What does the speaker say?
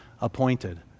appointed